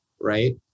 right